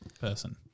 person